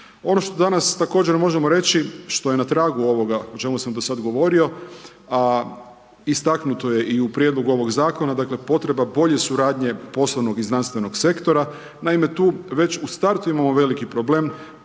Ono što danas također možemo reći što je na tragu ovoga o čemu sam do sada govorio, a istaknuto je i u prijedlogu ovog zakona, dakle potreba bolje suradnje poslovnog i znanstvenog sektora. Naime, tu već u startu imamo veliki problem